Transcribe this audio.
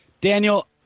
Daniel